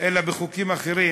אלא גם בחוקים אחרים: